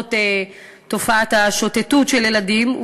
אודות תופעת השוטטות של ילדים,